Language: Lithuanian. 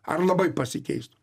ar labai pasikeistų